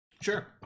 Sure